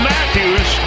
Matthews